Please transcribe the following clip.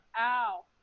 Ow